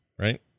right